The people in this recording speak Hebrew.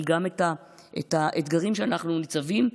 אבל גם את האתגרים שאנחנו ניצבים בפניהם.